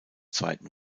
zweiten